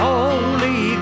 Holy